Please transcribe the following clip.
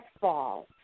fall